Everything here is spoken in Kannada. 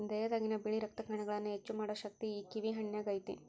ದೇಹದಾಗಿನ ಬಿಳಿ ರಕ್ತ ಕಣಗಳನ್ನಾ ಹೆಚ್ಚು ಮಾಡು ಶಕ್ತಿ ಈ ಕಿವಿ ಹಣ್ಣಿನ್ಯಾಗ ಐತಿ